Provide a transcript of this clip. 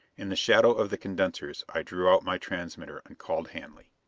in the shadow of the condensers i drew out my transmitter and called hanley.